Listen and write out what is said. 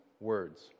words